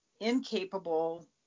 incapable